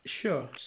Sure